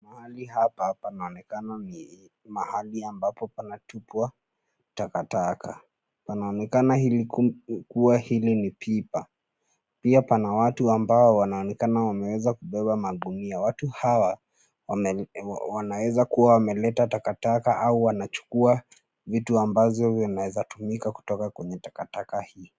Mahali hapa panaonekana ni mahali ambapo panatupwa takataka. Panaonekana kuwa hili ni pipa. Pia pana watu ambao wanaonekana wameweza kubeba magunia. Watu hawa wanaweza kuwa wameleta takataka au wanachukua vitu ambazo vinaweza kutumika kutoka kwenye takataka.